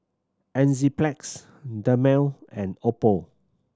Enzyplex Dermale and Oppo